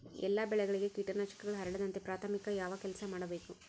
ಎಲ್ಲ ಬೆಳೆಗಳಿಗೆ ಕೇಟನಾಶಕಗಳು ಹರಡದಂತೆ ಪ್ರಾಥಮಿಕ ಯಾವ ಕೆಲಸ ಮಾಡಬೇಕು?